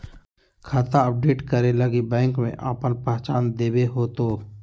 खाता अपडेट करे लगी बैंक में आपन पहचान देबे होतो